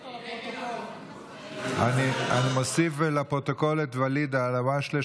אני מוסיף לפרוטוקול את ואליד אלהואשלה,